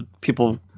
people